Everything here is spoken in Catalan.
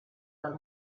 del